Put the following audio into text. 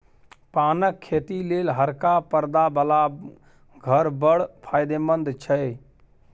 पानक खेती लेल हरका परदा बला घर बड़ फायदामंद छै